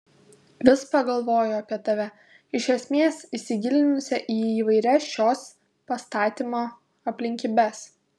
vis pagalvoju apie tave iš esmės įsigilinusią į įvairias šios pastatymo aplinkybes